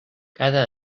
cada